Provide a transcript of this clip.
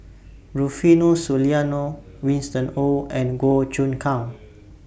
Rufino Soliano Winston Oh and Goh Choon Kang